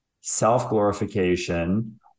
self-glorification